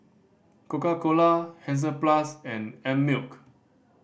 Coca Cola Hansaplast and Einmilk